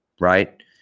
right